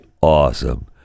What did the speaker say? awesome